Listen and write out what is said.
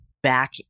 Back